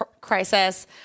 crisis